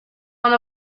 one